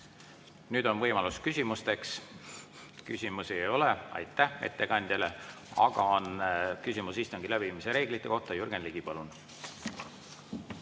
Nüüd on võimalus küsimusteks. Küsimusi ei ole. Aitäh ettekandjale! Aga on küsimusi istungi läbiviimise reeglite kohta. Jürgen Ligi, palun!